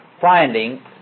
finding